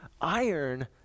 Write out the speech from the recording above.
iron